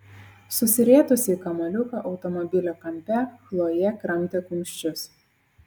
susirietusi į kamuoliuką automobilio kampe chlojė kramtė kumščius